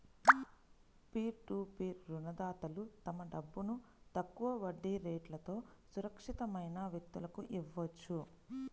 peer to peer రుణదాతలు తమ డబ్బును తక్కువ వడ్డీ రేట్లతో సురక్షితమైన వ్యక్తులకు ఇవ్వొచ్చు